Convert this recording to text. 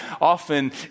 often